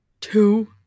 Two